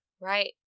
Right